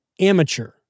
amateur